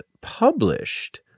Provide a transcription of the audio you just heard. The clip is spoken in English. published